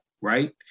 Right